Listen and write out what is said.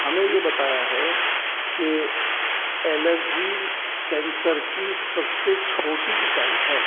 ہمیں یہ بتایا ہے کہ الرجی کینسر کی سب سے چھوٹی اکائی ہے